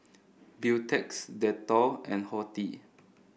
Beautex Dettol and Horti